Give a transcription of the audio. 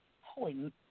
Holy